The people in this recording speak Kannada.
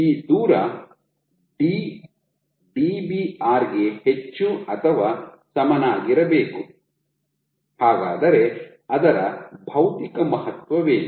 ಈ ದೂರ ಡಿ' Dbr ಗೆ ಹೆಚ್ಚು ಅಥವಾ ಸಮನಾಗಿರಬೇಕು ಹಾಗಾದರೆ ಅದರ ಭೌತಿಕ ಮಹತ್ವವೇನು